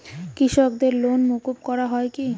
কৃষকদের লোন মুকুব করা হয় কি?